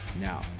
Now